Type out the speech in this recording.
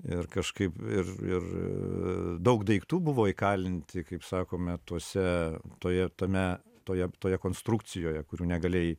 ir kažkaip ir ir daug daiktų buvo įkalinti kaip sakome tuose toje tame toje toje konstrukcijoje kurių negalėjai